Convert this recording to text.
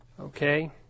okay